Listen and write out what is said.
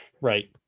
Right